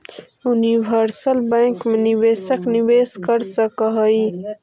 universal bank मैं निवेशक निवेश कर सकऽ हइ